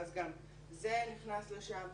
גם זה נכנס לשם.